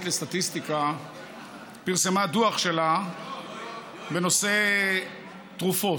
לסטטיסטיקה פרסמה דוח שלה בנושא תרופות.